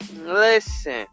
Listen